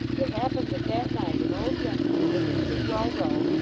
it happened that that night, an old gentleman who lived at chigwell row,